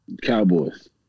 Cowboys